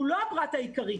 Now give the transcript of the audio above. הוא לא הפרט העיקרי,